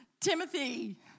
Timothy